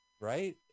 right